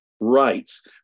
rights